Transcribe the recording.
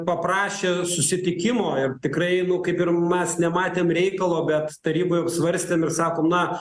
paprašė susitikimo ir tikrai nu kaip ir mes nematėm reikalo bet taryboj apsvarstėm ir sakom na